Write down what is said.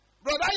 Brother